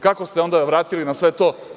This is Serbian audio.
Kako ste onda vratili na sve to?